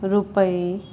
ਰੁਪਏ